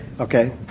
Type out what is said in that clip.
Okay